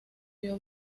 vio